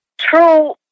true